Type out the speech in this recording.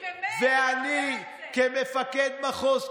הן שאני כמפקד מחוז,